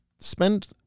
Spend